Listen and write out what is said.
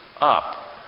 up